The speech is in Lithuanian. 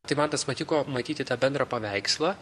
tai man tas patiko matyti tą bendrą paveikslą